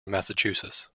massachusetts